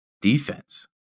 defense